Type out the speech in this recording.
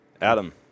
Adam